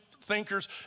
thinkers